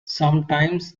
sometimes